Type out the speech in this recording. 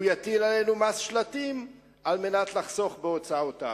הוא יטיל עלינו מס שלטים על מנת לחסוך בהוצאותיו.